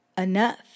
Enough